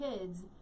kids